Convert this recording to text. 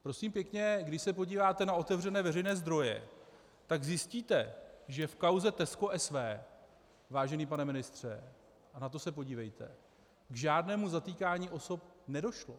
Prosím pěkně, když se podíváte na otevřené veřejné zdroje, tak zjistíte, že v kauze Tesco SW, vážený pane ministře, na to se podívejte, k žádnému zatýkání osob nedošlo.